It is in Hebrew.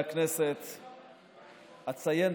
יש לך